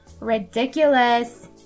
ridiculous